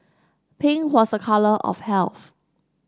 pink was a colour of health